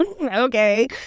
okay